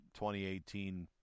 2018